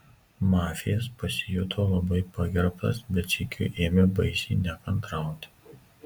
mafijas pasijuto labai pagerbtas bet sykiu ėmė baisiai nekantrauti